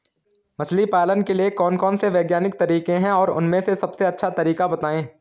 मछली पालन के लिए कौन कौन से वैज्ञानिक तरीके हैं और उन में से सबसे अच्छा तरीका बतायें?